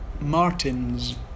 Martins